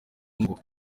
ngo